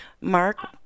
Mark